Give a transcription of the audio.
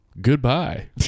goodbye